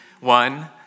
one